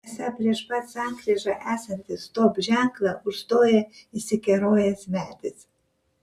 esą prieš pat sankryžą esantį stop ženklą užstoja įsikerojęs medis